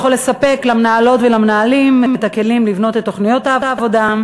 לספק למנהלות ולמנהלים את הכלים לבנות את תוכניות העבודה.